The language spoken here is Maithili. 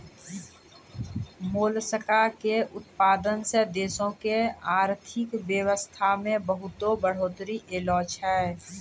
मोलसका के उतपादन सें देश के आरथिक बेवसथा में बहुत्ते बढ़ोतरी ऐलोॅ छै